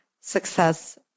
success